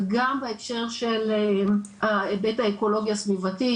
וגם בהקשר של ההיבט האקולוגי הסביבתי,